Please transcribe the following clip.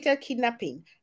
kidnapping